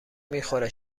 میخوره